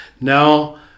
now